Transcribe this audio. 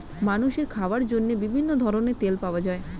মানুষের খাওয়ার জন্য বিভিন্ন ধরনের তেল পাওয়া যায়